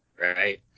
right